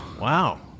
Wow